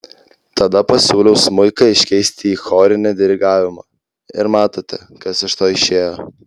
tada pasiūliau smuiką iškeisti į chorinį dirigavimą ir matote kas iš to išėjo